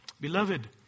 Beloved